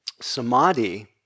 samadhi